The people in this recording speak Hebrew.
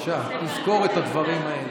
תזכור את הדברים האלה.